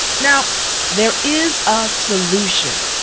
now there is a solution.